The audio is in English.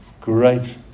great